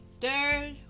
third